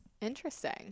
Interesting